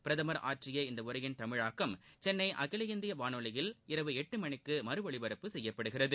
பிரதமர் ஆற்றிய இந்த உரையின் தமிழாக்கம் சென்னை அகில இந்திய வானொலியில் இரவு எட்டு மணிக்கு மறு ஒலிபரப்பு செய்யப்படுகிறது